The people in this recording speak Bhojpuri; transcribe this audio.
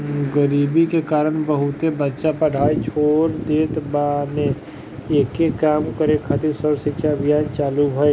गरीबी के कारण बहुते बच्चा पढ़ाई छोड़ देत बाने, एके कम करे खातिर सर्व शिक्षा अभियान चालु भईल